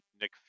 Nick